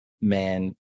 man